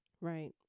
Right